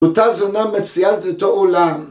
‫אותה זונה מציעה את אותו עולם.